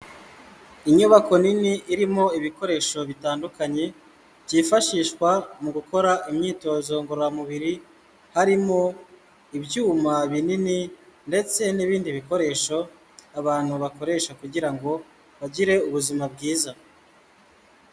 Inyubako nini irimo ibikoresho bitandukanye byifashishwa mu gukora imyitozo ngororamubiri, harimo ibyuma binini ndetse n'ibindi bikoresho abantu bakoresha kugira ngo bagire ubuzima bwiza.